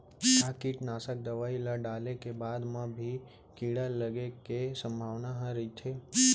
का कीटनाशक दवई ल डाले के बाद म भी कीड़ा लगे के संभावना ह रइथे?